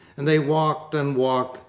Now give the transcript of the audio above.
and they walked and walked,